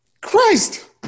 Christ